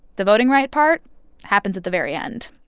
the voting right part happens at the very end